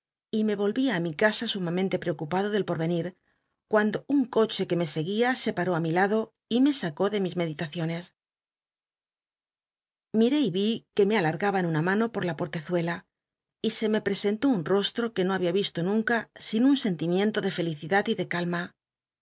y me vohia á mi casa sumamente preocul ndo del por enir cuando un coche que me seguía se paó i mi lado y me sacó de mis meditaciones ó y i que me alargaban una mano pot la portezuela y se me l resentó un rostro que no babia visto nunca sin un sentimiento de falicidad y de calma